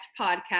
podcast